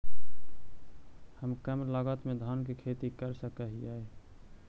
हम कम लागत में धान के खेती कर सकहिय?